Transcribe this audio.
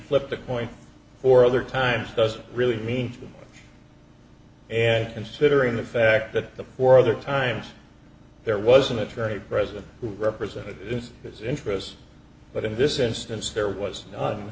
flipped a coin or other times doesn't really me and considering the fact that the poor other times there was an attorney present who represented his interests but in this instance there was none